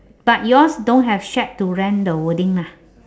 but yours don't have shack to rent the wording lah